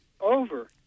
over